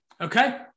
okay